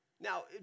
Now